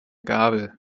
gabel